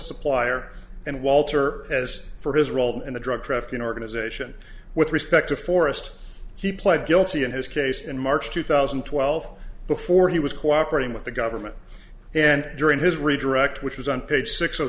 supplier and walter as for his role in the drug trafficking organization with respect to forests he pled guilty in his case in march two thousand and twelve before he was cooperating with the government and during his redirect which was on page six